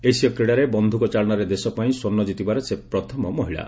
ଏସୀୟ କ୍ରୀଡ଼ାରେ ବନ୍ଧୁକ ଚାଳନାରେ ଦେଶ ପାଇଁ ସ୍ୱର୍ଷ୍ଣ ଜିତିବାରେ ସେ ପ୍ରଥମ ମହିଳା